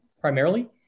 primarily